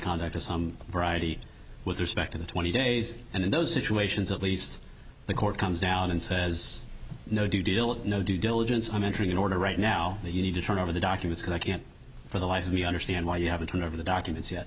conduct of some variety with respect in the twenty days and in those situations at least the court comes down and says no do no due diligence i'm entering an order right now that you need to turn over the documents and i can't for the life of me understand why you haven't turned over the documents yet